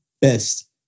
best